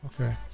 Okay